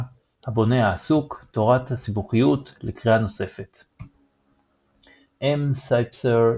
הבונה העסוק תורת הסיבוכיות לקריאה נוספת M. Sipser,